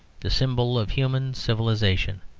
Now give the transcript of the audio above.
the symbol of human civilisation.